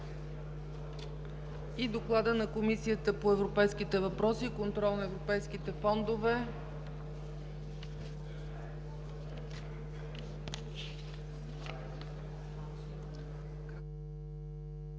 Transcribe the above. Доклад на Комисията по европейските въпроси и контрол на европейските фондове.